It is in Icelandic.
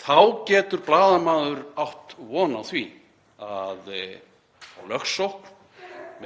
þá getur blaðamaður átt von á því að fá lögsókn